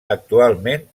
actualment